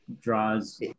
draws